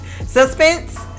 suspense